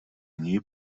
něj